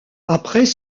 après